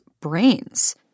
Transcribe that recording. brains